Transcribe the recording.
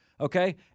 okay